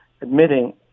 admitting